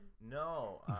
No